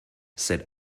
said